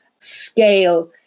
scale